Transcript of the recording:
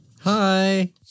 Hi